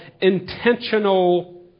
intentional